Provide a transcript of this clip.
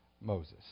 Moses